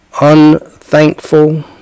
unthankful